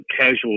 casual